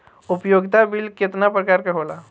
उपयोगिता बिल केतना प्रकार के होला?